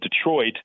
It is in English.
Detroit